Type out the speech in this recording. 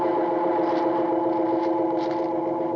or